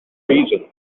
reason